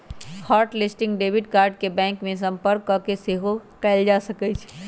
hot list debit card bank में संपर्क कऽके सेहो कएल जा सकइ छै